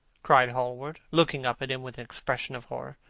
cried hallward, looking up at him with an expression of horror.